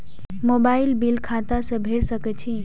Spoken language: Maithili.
मोबाईल बील खाता से भेड़ सके छि?